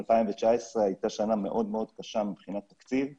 2019 הייתה שנה מאוד מאוד קשה מבחינת תקציב וקשוחה,